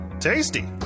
tasty